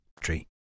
Tree